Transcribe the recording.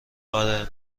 آره